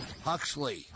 Huxley